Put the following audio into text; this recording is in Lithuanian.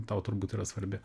tau turbūt yra svarbi